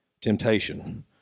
Temptation